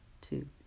two